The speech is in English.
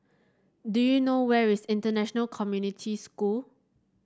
do you know where is International Community School